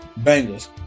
Bengals